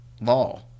law